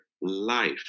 life